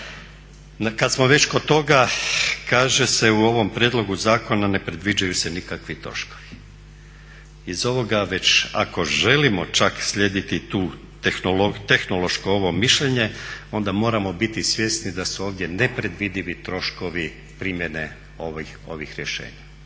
Kad smo već kod toga, kaže se u ovom prijedlogu zakona ne predviđaju se nikakvi troškovi. Iz ovoga već ako želimo čak slijediti tu tehnološko ovo mišljenje onda moramo biti svjesni da su ovdje nepredvidivi troškovi primjene ovih rješenja.